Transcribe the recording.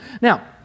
Now